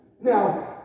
Now